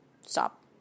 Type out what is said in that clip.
stop